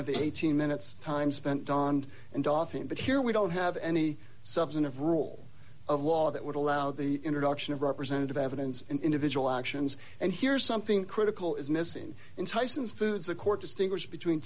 the eighteen minutes time spent dawned and often but here we don't have any substantive rule of law that would allow the introduction of representative evidence in individual actions and here's something critical is missing in tyson's foods a court distinguish between